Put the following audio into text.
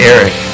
Eric